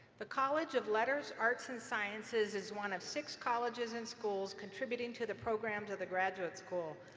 the college of letters, arts, and sciences is one of six colleges and schools contributing to the programs of the graduate school.